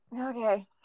Okay